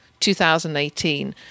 2018